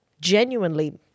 genuinely